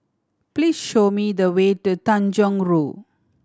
please show me the way to Tanjong Rhu